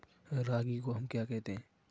रागी को हम क्या कहते हैं?